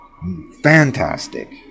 fantastic